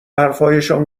حرفهایشان